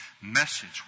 message